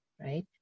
right